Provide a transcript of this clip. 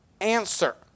answer